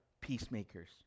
peacemakers